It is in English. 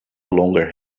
longer